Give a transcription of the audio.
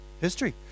History